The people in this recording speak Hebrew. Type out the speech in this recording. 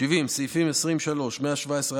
60. סעיף 1יב לחוק העונשין,